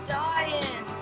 dying